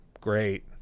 great